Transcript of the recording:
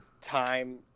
time